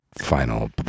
final